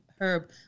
herb